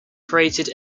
created